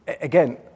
Again